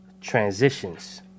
transitions